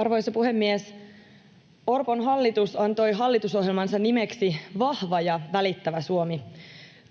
Arvoisa puhemies! Orpon hallitus antoi hallitusohjelmansa nimeksi Vahva ja välittävä Suomi.